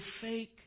fake